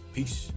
Peace